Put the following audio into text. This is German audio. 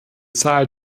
zahl